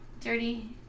Dirty